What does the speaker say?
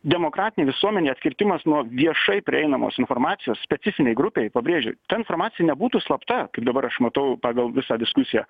demokratinėj visuomenėj atkirtimas nuo viešai prieinamos informacijos specifinei grupei pabrėžiu ta informacija nebūtų slapta kaip dabar aš matau pagal visą diskusiją